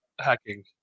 hacking